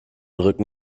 rücken